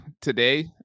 today